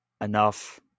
enough